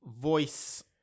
Voice